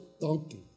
donkey